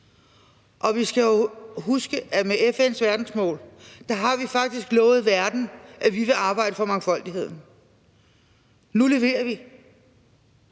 Og vi skal jo huske, at med FN's verdensmål har vi faktisk lovet verden, at vi vil arbejde for mangfoldigheden – nu leverer vi.